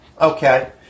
Okay